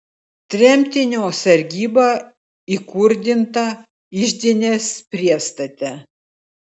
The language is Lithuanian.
tremtinio sargyba įkurdinta iždinės priestate